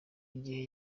igihe